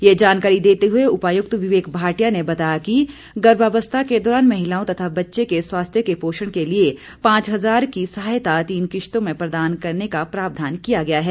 ये जानकारी देते हुए उपायुक्त विवेक भाटिया ने बताया कि गर्भावस्था के दौरान महिलाओं तथा बच्चे के स्वास्थ्य के पोषण के लिए पांच हजार की सहायता तीन किस्तों में प्रदान करने का प्रावधान किया गया है